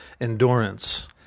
endurance